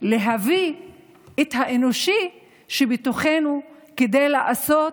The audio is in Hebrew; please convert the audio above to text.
להביא את האנושי שבתוכנו, כדי לעשות